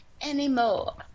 anymore